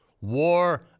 War